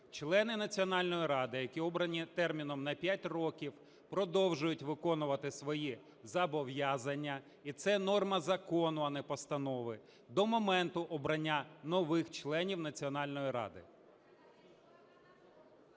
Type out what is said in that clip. члени Національної ради, які обрані терміном на 5 років, продовжують виконувати свої зобов'язання (і це норма закону, а не постанови) до моменту обрання нових членів Національної ради.